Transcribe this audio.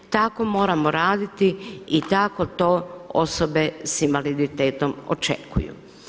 Tako moramo raditi i tako to osobe sa invaliditetom očekuju.